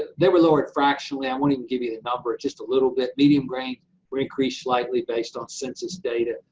they were lowered fractionally, i won't even and give you the number, just a little bit. medium grain were increased slightly based on census data.